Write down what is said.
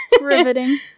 Riveting